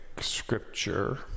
scripture